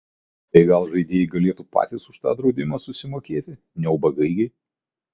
tai gal žaidėjai galėtų patys už tą draudimą susimokėti ne ubagai gi